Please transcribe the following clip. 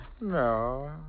No